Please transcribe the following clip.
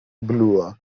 blua